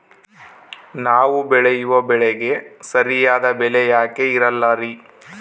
ನಾವು ಬೆಳೆಯುವ ಬೆಳೆಗೆ ಸರಿಯಾದ ಬೆಲೆ ಯಾಕೆ ಇರಲ್ಲಾರಿ?